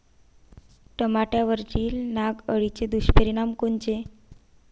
टमाट्यावरील नाग अळीचे दुष्परिणाम कोनचे?